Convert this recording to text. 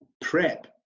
PrEP